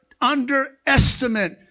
underestimate